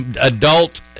adult